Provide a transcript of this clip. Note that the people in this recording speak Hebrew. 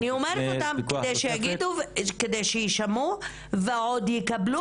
אני אומרת אותם כדי שיישמעו ועוד יקבלו